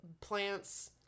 plants